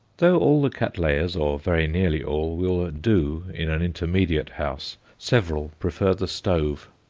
though all the cattleyas, or very nearly all, will do in an intermediate house, several prefer the stove.